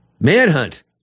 manhunt